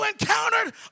encountered